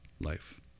life